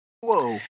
whoa